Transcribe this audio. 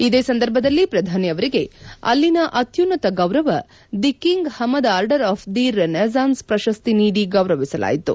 ಇದೇ ಸಂದರ್ಭದಲ್ಲಿ ಪ್ರಧಾನಿ ಅವರಿಗೆ ಅಲ್ಲಿನ ಅತ್ಯುನ್ನತ ಗೌರವ the King Hamad Order of the Renaissance ಪ್ರಶಸ್ತಿ ನೀಡಿ ಗೌರವಿಸಲಾಯಿತು